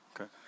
Okay